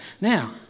Now